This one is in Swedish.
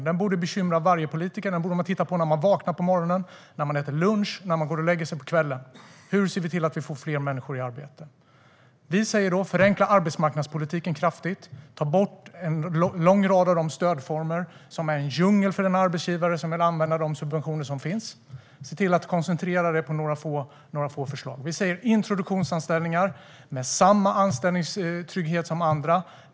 Den borde bekymra varje politiker. Den borde man titta på när man vaknar på morgonen, när man äter lunch och när man går och lägger sig på kvällen. Hur ska vi se till att vi får fler människor i arbete? Vi säger: Förenkla arbetsmarknadspolitiken kraftigt, ta bort den långa raden av stödformer, som är en djungel för en arbetsgivare som vill använda de subventioner som finns, och se till att man koncentrerar sig på några få förslag! Vi säger: Inför introduktionsanställningar med samma anställningstrygghet som andra!